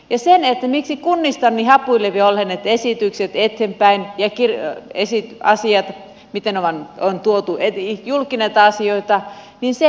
ja miksi ovat niin hapuilevia olleet ne esitykset eteenpäin kunnista ja se miten on tuotu julki näitä asioita